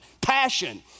passion